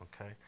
Okay